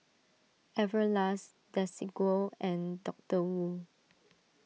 Everlast Desigual and Doctor Wu